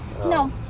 no